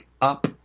up